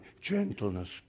gentleness